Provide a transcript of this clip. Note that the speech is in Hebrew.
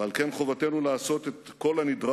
ועל כן חובתנו לעשות את כל הנדרש